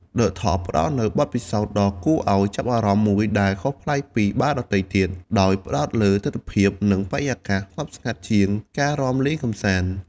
ឌឹ ថប់ ផ្ដល់នូវបទពិសោធន៍ដ៏គួរឱ្យចាប់អារម្មណ៍មួយដែលខុសប្លែកពីបារដទៃទៀត ដោយផ្តោតលើទិដ្ឋភាព និងបរិយាកាសស្ងប់ស្ងាត់ជាងការរាំលេងកម្សាន្ត។